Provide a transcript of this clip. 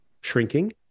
shrinking